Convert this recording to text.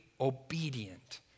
obedient